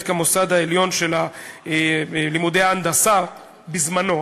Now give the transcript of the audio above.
כמוסד העליון של לימודי ההנדסה בזמנו,